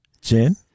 Jen